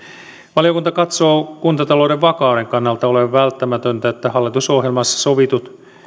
valiokunta katsoo kuntatalouden vakauden kannalta olevan välttämätöntä että hallitusohjelmassa sovitut